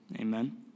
Amen